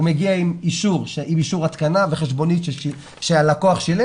הוא מגיע עם אישור התקנה וחשבונית שהלקוח שילם